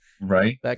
Right